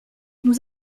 nous